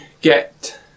get